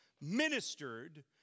ministered